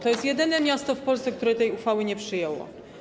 To jest jedyne miasto w Polsce, które tej uchwały nie przyjęło.